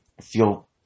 feel